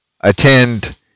attend